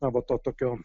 na va to tokio